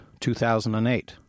2008